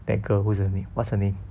banker whose her name what's her name